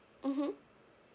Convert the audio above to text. mmhmm